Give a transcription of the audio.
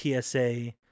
TSA